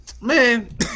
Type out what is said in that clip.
Man